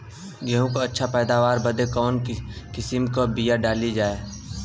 गेहूँ क अच्छी पैदावार बदे कवन किसीम क बिया डाली जाये?